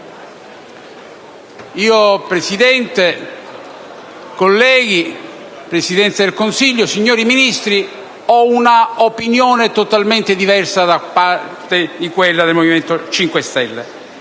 Presidente, colleghi, Presidente del Consiglio, signori Ministri, ho un'opinione totalmente diversa da quella del Movimento 5 Stelle